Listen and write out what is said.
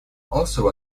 also